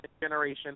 generation